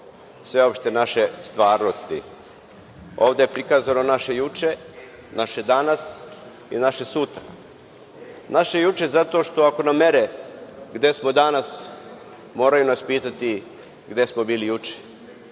sveopšte naše stvarnosti. Ovde je prikazano naše juče, naše danas i naše sutra. Naše juče, zato što, ako nam mere gde smo danas, moraju nas pitati gde smo bili juče.